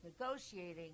negotiating